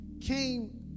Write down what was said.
came